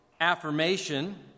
affirmation